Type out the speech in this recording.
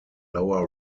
lower